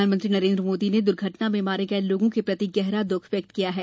प्रधानमंत्री नरेन्द्र मोदी ने दुर्घटना में मारे गए लोगों के प्रति गहरा दुख व्यतक्त किया है